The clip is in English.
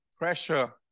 Pressure